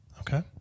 Okay